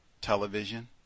television